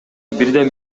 бирден